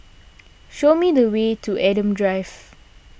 show me the way to Adam Drive